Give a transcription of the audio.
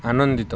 ଆନନ୍ଦିତ